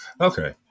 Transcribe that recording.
Okay